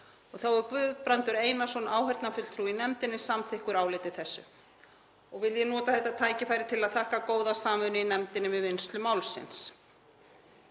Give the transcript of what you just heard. Þá var Guðbrandur Einarsson, áheyrnarfulltrúi í nefndinni, samþykkur áliti þessu. Vil ég nota þetta tækifæri til að þakka góða samvinnu í nefndinni við vinnslu málsins.